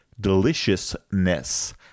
deliciousness